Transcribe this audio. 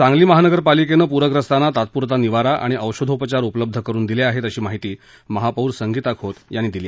सांगली महापालिकेनं प्रग्रस्तांना तात्प्रता निवारा आणि औषधोपचार उपलब्ध करून दिले आहेत अशी माहिती महापौर संगीता खोत यांनी दिली